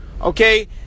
Okay